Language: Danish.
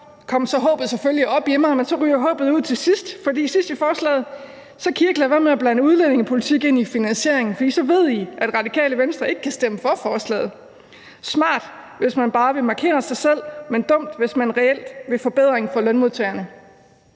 kom så selvfølgelig op i mig, men så ryger håbet ud til sidst, for sidst i forslaget kan I ikke lade være med at blande udlændingepolitik ind i finansieringen, fordi I så ved, at Radikale Venstre ikke kan stemme for forslaget. Det er smart, hvis man bare vil markere sig selv, men dumt, hvis man reelt vil en forbedring for lønmodtagerne,